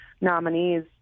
nominees